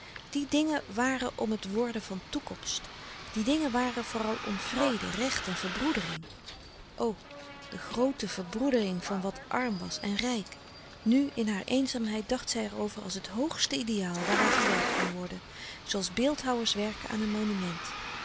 die dingen waren om het worden van toekomst die dingen waren vooral om vrede recht en verbroedering o de groote verbroedering van wat arm was en rijk nu in haar eenzaamheid dacht zij er over als het hoogste ideaal waaraan gewerkt kon worden zooals beeldhouwers werken aan een monument